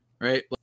Right